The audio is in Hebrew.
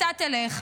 אתה תלך.